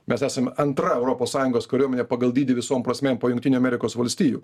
mes esam antra europos sąjungos kariuomenė pagal dydį visom prasmėm po jungtinių amerikos valstijų